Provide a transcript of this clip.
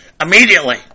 immediately